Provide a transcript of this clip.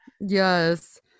yes